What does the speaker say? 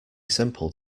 simple